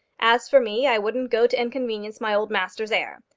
as for me, i wouldn't go to inconvenience my old master's heir.